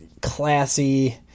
classy